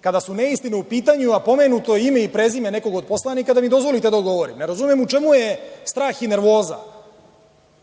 kada su neistine u pitanju, a pomenuto je ime i prezime nekog od poslanika, da mu dozvolite da mu odgovori. Ne razumem u čemu je strah i nervoza.